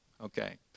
okay